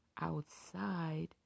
outside